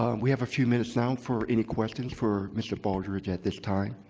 um we have a few minutes for any questions for mr. baldridge at this time.